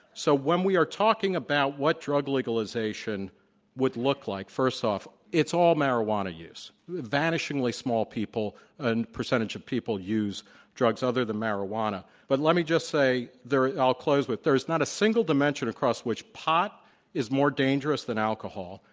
so when we are talking about what drug legalization would look like, first off, it's all marijuana use. vanishingly small people and percentage of people use drugs other than marijuana. but let me just say, i'll close with there's not a single dimension across which pot is more dangerous than alcohol,